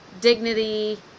dignity